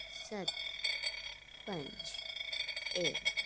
सत्त पंज ऐ